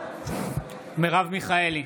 נגד מרב מיכאלי,